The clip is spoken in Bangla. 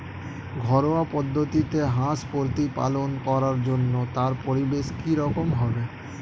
ঘরোয়া পদ্ধতিতে হাঁস প্রতিপালন করার জন্য তার পরিবেশ কী রকম হবে?